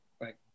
Right